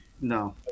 no